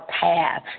path